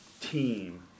team